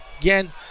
Again